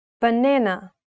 banana